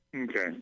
Okay